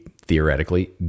theoretically